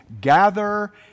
gather